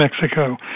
Mexico